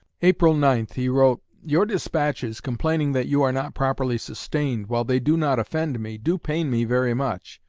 april nine he wrote your despatches, complaining that you are not properly sustained, while they do not offend me, do pain me very much.